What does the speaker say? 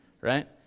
right